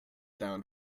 down